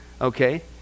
Okay